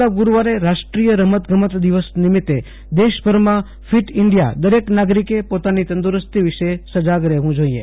આવતા ગુરૂવારે રાષ્ટ્રીય રમતગમત દિવસ નિમિત્તે દેશભરમાં ફિટ ઇન્ડિયા દરેક નાગરિકે પોતાની તંદુરસ્તી વિશે સજાગ રહેવું જોઇએ